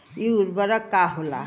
इ उर्वरक का होला?